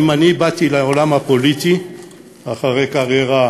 אם אני באתי לעולם הפוליטי אחרי קריירה